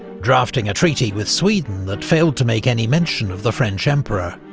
drafting a treaty with sweden that failed to make any mention of the french emperor.